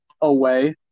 away